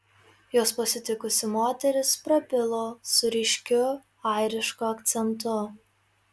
juos pasitikusi moteris prabilo su ryškiu airišku akcentu